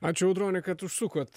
ačiū audroni kad užsukot